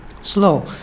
slow